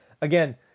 again